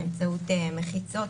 באמצעות מחיצות,